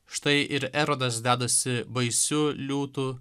štai ir erodas dedasi baisiu liūtu